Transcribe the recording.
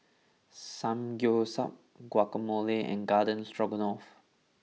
Samgeyopsal Guacamole and Garden Stroganoff